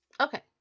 okay